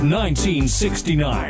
1969